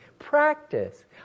practice